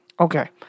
Okay